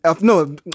no